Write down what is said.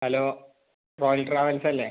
hello royal ട്രാവൽസല്ലെ